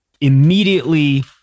immediately